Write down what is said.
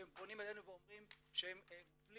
שהם פונים אלינו ואומרים שהם מופלים.